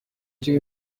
kimwe